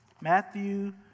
Matthew